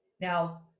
now